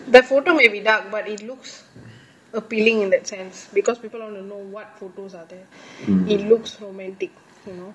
the photo may be dark but it looks appealing in that sense because people want to know what photos are there it looks romantic you know